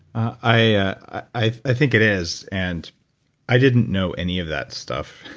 i i think it is and i didn't know any of that stuff.